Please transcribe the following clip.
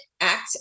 acts